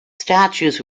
statues